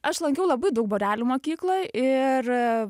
aš lankiau labai daug būrelių mokykloj ir